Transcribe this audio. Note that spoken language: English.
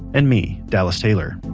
and me, dallas taylor.